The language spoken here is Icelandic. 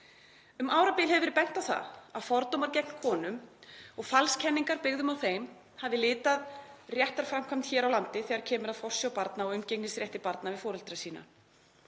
Um árabil hefur verið bent á það að fordómar gegn konum og falskenningar byggðar á þeim hafi litað réttarframkvæmd hér á landi þegar kemur að forsjá barna og umgengnisrétti barna við foreldra sína.